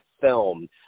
film